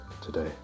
today